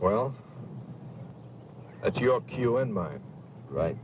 well that's your cue in mind right